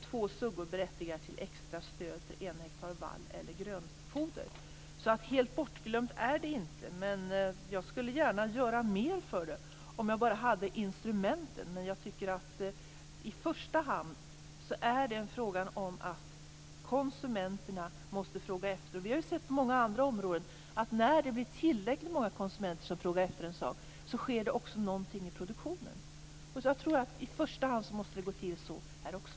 Två suggor berättigar till extra stöd för en hektar vall eller grönfoder. Så helt bortglömt är detta inte. Jag skulle gärna göra mer om jag bara hade instrumenten. Men jag tycker att det i första hand är konsumenterna som måste fråga efter detta. På många andra områden har vi sett att när det blir tillräckligt många konsumenter som frågar efter en sak sker det också någonting i produktionen. Jag tror att det i första hand måste gå till så här också.